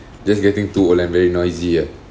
just getting too old and very noisy ah